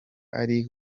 ari